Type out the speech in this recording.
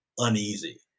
Uneasy